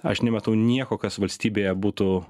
aš nematau nieko kas valstybėje būtų